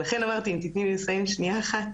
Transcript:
לכן אמרתי, אם תיתני לי לסיים שנייה אחת